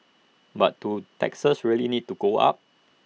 but do taxes really need to go up